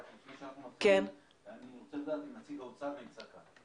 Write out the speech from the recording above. לפני שאנחנו מתחילים אני רוצה לדעת אם נציג האוצר נמצא כאן.